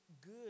good